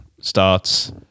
starts